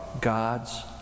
God's